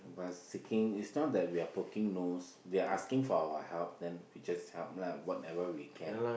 seeking it's not that we are poking nose they are asking for our help then we just help lah whatever we can